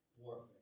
warfare